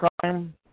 crime